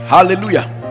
Hallelujah